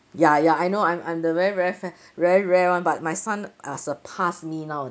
ya ya I know I'm I'm the very very fair very rare one but my son uh surpass me now